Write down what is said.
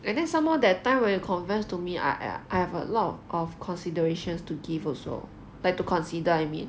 and then some more that time will you confess to me I I have a lot of considerations to give also like to consider I mean